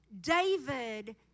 David